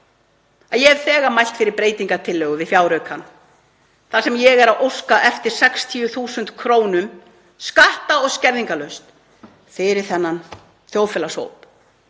Ég hef þegar mælt fyrir breytingartillögu við fjáraukann þar sem ég óska eftir 60.000 kr. skatta- og skerðingarlaust fyrir þennan þjóðfélagshóp